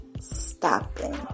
stopping